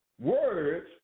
words